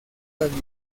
las